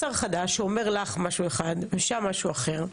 אם יש שר חדש שאומר לך משהו אחד ושם משהו אחר,